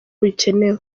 bikenewe